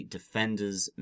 Defenders